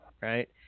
right